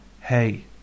hey